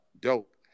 dope